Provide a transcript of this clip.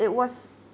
it was